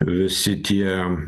visi tie